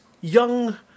Young